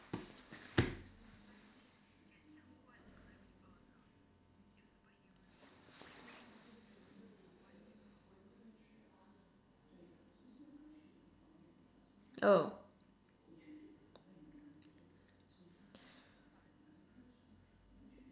oh